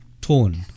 tone